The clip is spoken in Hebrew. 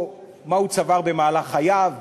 או מה הוא צבר במהלך חייו,